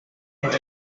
los